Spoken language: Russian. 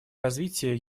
развитие